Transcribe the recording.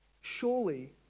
surely